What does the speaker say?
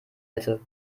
hätte